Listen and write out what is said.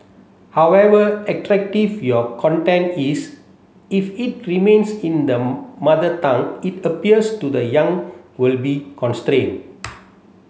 however attractive your content is if it remains in the Mother Tongue it appeals to the young will be constrained